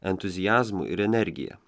entuziazmu ir energija